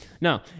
no